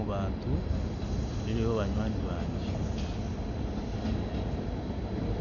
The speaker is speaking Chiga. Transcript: Mu bantu, nfunireyo banywani bangye, ekyo nikimara.